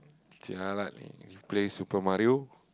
jialat leh you play Super-Mario